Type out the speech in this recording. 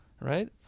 right